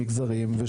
למגזרים.